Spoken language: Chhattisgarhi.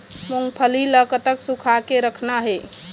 मूंगफली ला कतक सूखा के रखना हे?